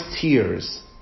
tears